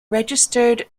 registered